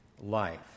life